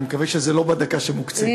אני מקווה שזה לא בדקה שמוקצית לי.